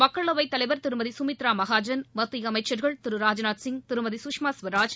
மக்களவைத் தலைவா் திருமதி சுமித்ரா மகாஜன் மத்திய அமைச்சா்கள் திரு ராஜ்நாத்சிய் திருமதி சுஷ்மா ஸ்வராஜ்